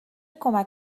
کمک